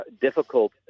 difficult